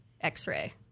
x-ray